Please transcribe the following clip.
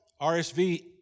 RSV